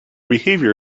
behavior